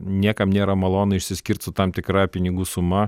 niekam nėra malonu išsiskirti su tam tikra pinigų suma